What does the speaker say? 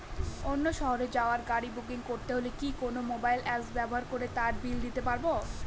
অন্য শহরে যাওয়ার গাড়ী বুকিং করতে হলে কি কোনো মোবাইল অ্যাপ ব্যবহার করে তার বিল দিতে পারব?